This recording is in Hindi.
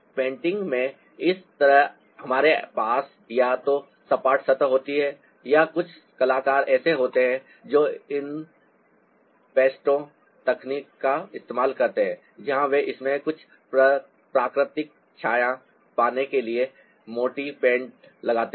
पेंटिंग में इसी तरह हमारे पास या तो सपाट सतह होती है या कुछ कलाकार ऐसे होते हैं जो इम्पैस्टो तकनीक का इस्तेमाल करते हैं जहां वे इसमें कुछ प्राकृतिक छाया पाने के लिए मोटी पेंट लगाते हैं